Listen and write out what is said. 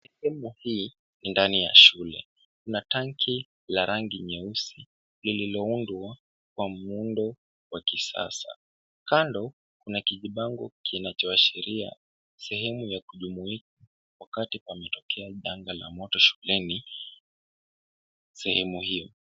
Sehemu hii ndani ya shule kuna tanki la rangi nyeusi lililoundwa kwa muundo wa kisasa. Kando kuna kijibango kinachoashiria sehemu ya kujumuika wakati pametokea janga la moto shuleni sehemu hiyo.